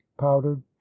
powdered